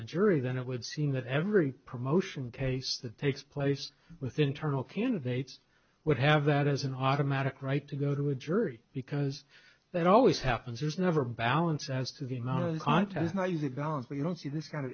a jury then it would seem that every promotion case that takes place with internal candidates would have that as an automatic right to go to a jury because that always happens there's never balance as to the amount of content how you the balance so you don't see this kind of